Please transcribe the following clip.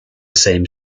same